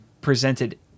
presented